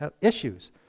issues